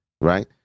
right